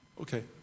Okay